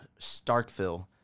Starkville